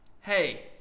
hey